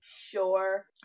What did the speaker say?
Sure